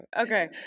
Okay